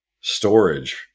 storage